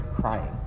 crying